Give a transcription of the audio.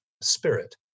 spirit